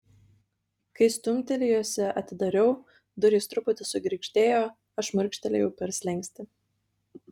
kai stumtelėjusi atidariau durys truputį sugirgždėjo aš šmurkštelėjau per slenkstį